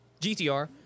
GTR